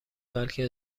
بلکه